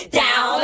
down